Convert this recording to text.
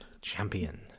champion